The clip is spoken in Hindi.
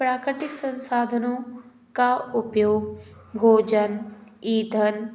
प्राकृतिक संसाधनों का उपयोग भोजन ईधन